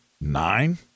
Nine